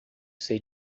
ser